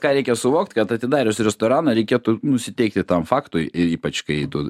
ką reikia suvokt kad atidarius restoraną reikėtų nusiteikti tam faktui ir ypač kai tu